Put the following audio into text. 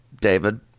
David